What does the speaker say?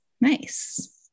Nice